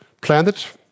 Planet